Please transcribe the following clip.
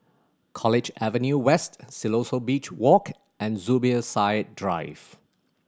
College Avenue West Siloso Beach Walk and Zubir Said Drive